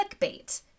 clickbait